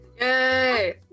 yay